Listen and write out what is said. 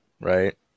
Right